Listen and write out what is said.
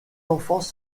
enfants